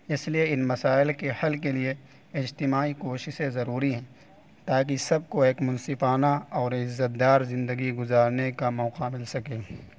اس لیے ان مسائل کے حل کے لیے اجتماعی کوشسیں ضروری ہیں تاکہ سب کو ایک منصفانہ اور عزت دار زندگی گزارنے کا موقع مل سکے